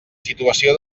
situació